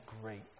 great